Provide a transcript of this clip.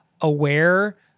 aware